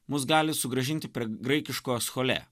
mus gali sugrąžinti prie graikiškos cholė